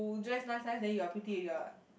dress nice nice then you are pretty already what